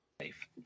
safe